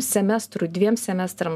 semestrų dviem semestram